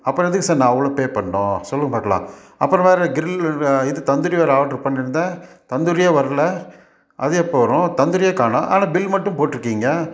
அப்புறோம் எதுக்கு சார் நான் அவ்வளோ பே பண்ணும் சொல்லுங்க பார்க்குலாம் அப்புறோம் வேறு க்ரில் இது தந்தூரி வேறு ஆட்ரு பண்ணியிருந்தேன் தந்தூரியே வர்லை அது எப்போது வரும் தந்தூரியை காணும் ஆனால் பில் மட்டும் போட்டிருக்கீங்க